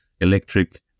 electric